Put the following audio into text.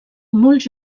molts